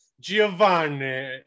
Giovanni